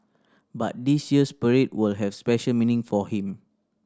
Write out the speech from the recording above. but this year's parade will have special meaning for him